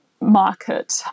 market